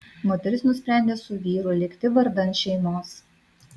moteris nusprendė su vyru likti vardan šeimos